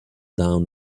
down